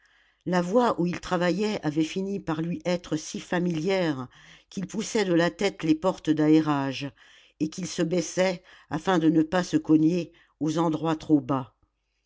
la voie où il travaillait avait fini par lui être si familière qu'il poussait de la tête les portes d'aérage et qu'il se baissait afin de ne pas se cogner aux endroits trop bas